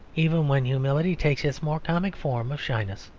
even when humility takes its more comic form of shyness.